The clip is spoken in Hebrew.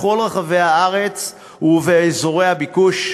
בכל רחבי הארץ ובאזורי הביקוש,